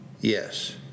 Yes